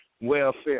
welfare